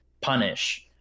punish